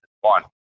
One